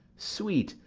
sweet,